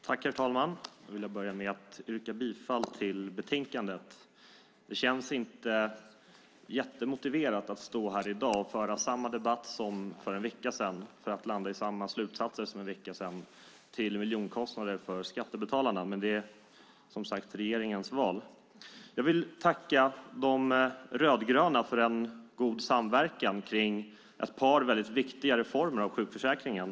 Herr talman! Jag vill börja med att yrka bifall till utskottets förslag i betänkandet. Det känns inte alltför motiverat att stå här i dag och föra samma debatt som för en vecka sedan, för att landa i samma slutsatser som då, detta till miljonkostnader för skattebetalarna. Det är dock, som sagt, regeringens val. Jag vill tacka de rödgröna för god samverkan kring ett par mycket viktiga reformer gällande sjukförsäkringen.